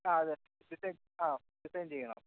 ആ അതെ ഡിസൈൻ ആ ഡിസൈൻ ചെയ്യണം